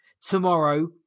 tomorrow